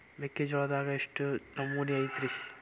ಮೆಕ್ಕಿಜೋಳದಾಗ ಎಷ್ಟು ನಮೂನಿ ಐತ್ರೇ?